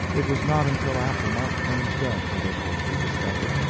it was not until after mark twain's death that it was rediscovered,